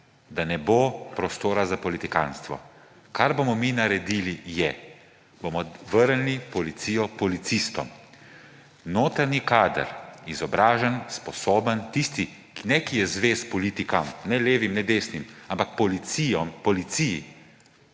da ne bo prostora za politikantstvo. Kar bomo mi naredili, je, da bomo vrnili policijo policistom, notranji kader, izobražen, sposoben, ne tisti, ki je zvest politikam, ne levim ne desnim, ampak Policiji, organu,